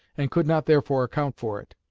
and could not therefore account for it.